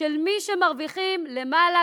של מי שמרוויחים למעלה,